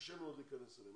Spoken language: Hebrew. שקשה מאוד להיכנס אליהם,